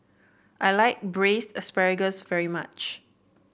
I like Braised Asparagus very much